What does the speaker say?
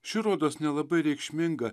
ši rodos nelabai reikšminga